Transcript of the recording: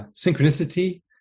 synchronicity